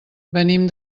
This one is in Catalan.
venim